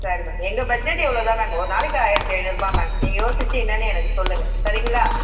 சரி மேம் எங்கள் பட்ஜெட் இவ்வளோ தான் மேம் ஒரு நாளைக்கு ஆயிரத்து ஐநூறுரூபா மேம் நீங்கள் யோசிச்சு என்னான்னு எனக்கு சொல்லுங்கள் சரிங்களா